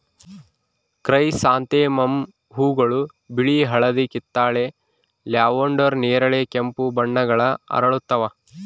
chrysanthemum ಹೂವುಗಳು ಬಿಳಿ ಹಳದಿ ಕಿತ್ತಳೆ ಲ್ಯಾವೆಂಡರ್ ನೇರಳೆ ಕೆಂಪು ಬಣ್ಣಗಳ ಅರಳುತ್ತವ